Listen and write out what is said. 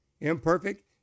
Imperfect